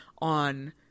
on